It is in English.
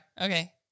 Okay